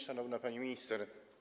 Szanowna Pani Minister!